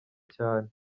cyane